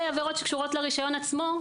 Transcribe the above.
עבירות שקשורות לרישיון עצמו,